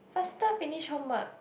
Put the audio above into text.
faster finish homework